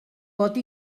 pot